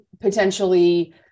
potentially